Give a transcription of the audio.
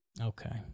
Okay